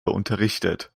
unterrichtet